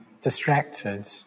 distracted